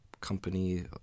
company